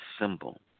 symbol